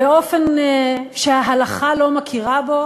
באופן שההלכה לא מכירה בו,